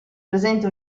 presente